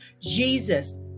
Jesus